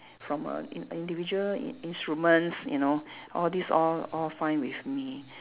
from a in~ individual in~ instruments you know all these all all fine with me